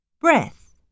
Breath